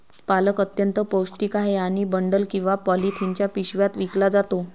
पालक अत्यंत पौष्टिक आहे आणि बंडल किंवा पॉलिथिनच्या पिशव्यात विकला जातो